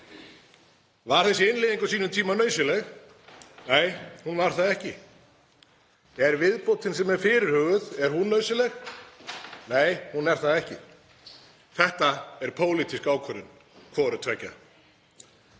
Var þessi innleiðing á sínum tíma nauðsynleg? Nei, hún var það ekki. Er viðbótin sem er fyrirhuguð nauðsynleg? Nei, hún er það ekki. Þetta er pólitísk ákvörðun, hvoru tveggja.